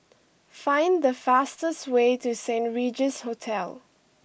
find the fastest way to Saint Regis Hotel